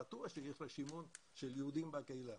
בטוח שיש רשימות של היהודים בקהילה,